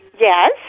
Yes